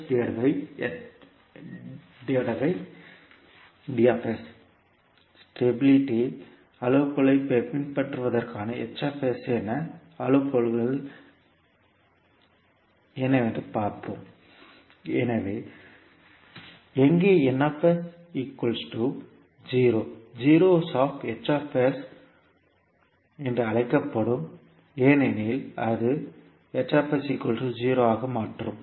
ஸ்திரத்தன்மை அளவுகோல்களைப் பின்பற்றுவதற்கான என்ன அளவுகோல்கள் என்று பார்ப்போம் எனவே • எங்கே 0 ஜீரோஸ் of என்றுஅழைக்கப்படும் ஏனெனில் அது ஆக மாற்றும்